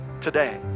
today